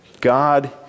God